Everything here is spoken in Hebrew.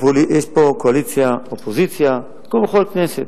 יש פה קואליציה, אופוזיציה, כמו בכל כנסת.